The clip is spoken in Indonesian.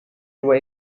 dua